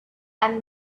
and